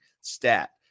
stat